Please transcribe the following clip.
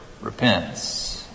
repents